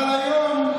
אבל היום,